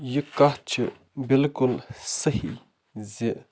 یہِ کَتھ چھِ بِلکُل صحیح زِ